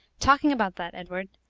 talking about that, edward,